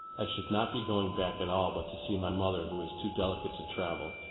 i should not be going back at all but to see my mother, who is too delicate to travel,